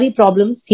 problems